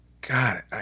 God